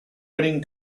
winning